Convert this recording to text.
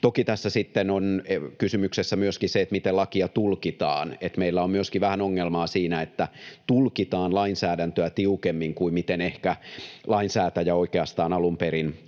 Toki tässä on kysymyksessä myöskin se, miten lakia tulkitaan, että meillä on myöskin vähän ongelmaa siinä, että tulkitaan lainsäädäntöä tiukemmin kuin miten ehkä lainsäätäjä oikeastaan alun perin